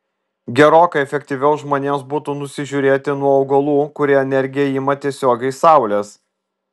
gerokai efektyviau žmonėms būtų nusižiūrėti nuo augalų kurie energiją ima tiesiogiai iš saulės